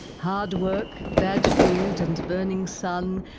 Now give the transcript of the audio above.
hard work, bad food and burning sun,